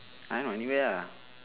I know anywhere ah